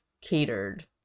catered